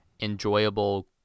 enjoyable